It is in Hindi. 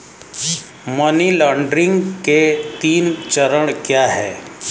मनी लॉन्ड्रिंग के तीन चरण क्या हैं?